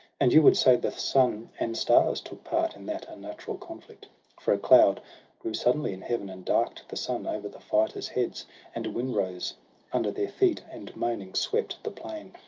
and you would say that sun and stars took part in that unnatural conflict for a cloud grew suddenly in heaven, and dark'd the sun over the fighters' heads and a wind rose under their feet, and moaning swept the plain,